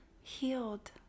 healed